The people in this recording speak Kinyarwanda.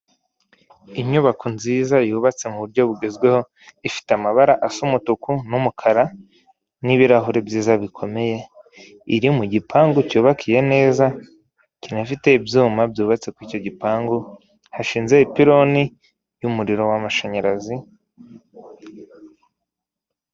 Ishami rishinzwe ubucuruzi, kandi rinini cyane rifasha abaguzi kuba bagura bisanzuye mu gihe bakeneye ibyo kurya, bakaba babibona mu buryo bworoshye cyane.